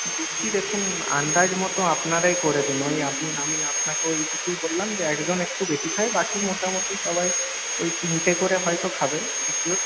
লুচি দেখুন আন্দাজ মতো আপনারাই করে দিন ওই আপনি আমি আপনাকে ওইটুকুই বললাম যে একজন একটু বেশি খায় বাকি মোটামুটি সবাই ওই তিনটে করে হয়তো খাবে খুব জোর